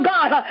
God